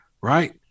right